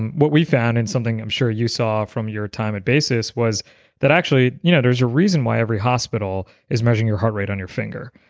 what we found and something i'm sure you saw from your time at basis was that actually, you know there's a reason why every hospital is measuring your heart rate on your finger,